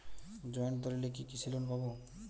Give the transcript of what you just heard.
Joint দলিলে কি কৃষি লোন পাব?